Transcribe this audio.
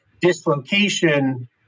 dislocation